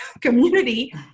community